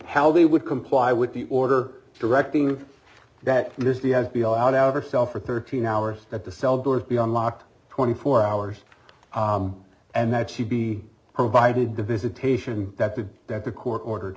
how they would comply with the order directing that is the f b i out of herself for thirteen hours that the cell doors be unlocked twenty four hours and that she be provided the visitation that the that the court ordered